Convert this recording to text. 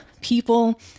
people